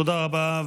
תודה רבה.